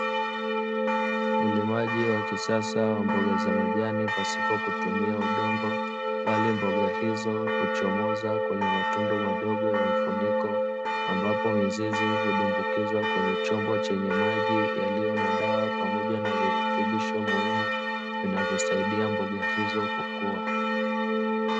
Ulimaji wa kisasa wa mboga za majani pasipo kutumia udongo, bali mboga hizo huchomoza kwenye matundu madogo ya mfuniko, ambapo mizizi hudumbukizwa kwenye chombo chenye maji yaliyo na dawa pamoja na virutubisho muhimu, vinavyosaidia mboga hizo kukua.